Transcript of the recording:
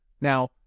Now